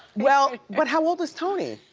well, but how old is tony?